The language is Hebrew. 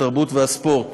התרבות והספורט,